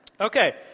Okay